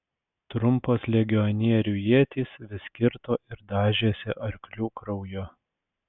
trumpos legionierių ietys vis kirto ir dažėsi arklių krauju